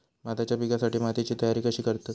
भाताच्या पिकासाठी मातीची तयारी कशी करतत?